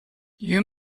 you